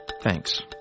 Thanks